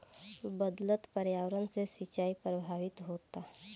बदलत पर्यावरण से सिंचाई प्रभावित होता